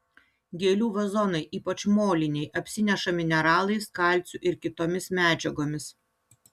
gėlių vazonai ypač moliniai apsineša mineralais kalciu ir kitomis medžiagomis